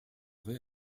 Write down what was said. vais